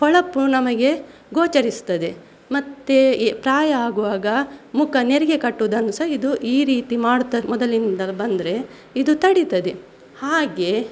ಹೊಳಪು ನಮಗೆ ಗೋಚರಿಸ್ತದೆ ಮತ್ತೆ ಎ ಪ್ರಾಯ ಆಗುವಾಗ ಮುಖ ನೆರಿಗೆ ಕಟ್ಟುವುದನ್ನು ಸಹ ಇದು ಈ ರೀತಿ ಮಾಡುತ್ತಾ ಮೊದಲಿನಿಂದಲೂ ಬಂದರೆ ಇದು ತಡಿತದೆ ಹಾಗೆ